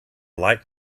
light